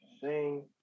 sing